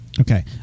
Okay